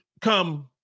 come